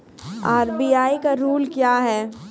RBI का rule क्या हैं?